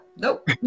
Nope